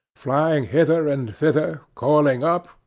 flying hither and thither, coiling up,